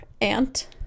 ant